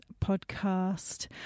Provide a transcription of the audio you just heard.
podcast